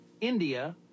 India